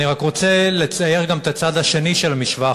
אני רק רוצה לצייר גם את הצד השני של המשוואה,